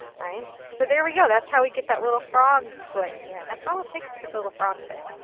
right. so there we go. that's how we get that little frog foot in. that's all it takes to get the little frog foot.